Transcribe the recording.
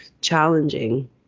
challenging